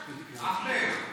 אחמד,